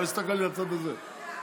לא הסתכלתי לצד הזה,